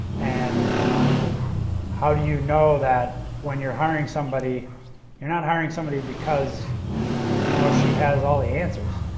and how do you know that when you are hiring somebody you are not hiring somebody because you know she has all the answers.